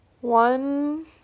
one